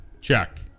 Check